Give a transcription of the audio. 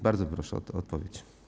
Bardzo proszę o odpowiedź.